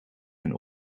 hun